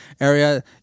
area